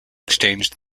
exchange